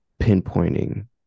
pinpointing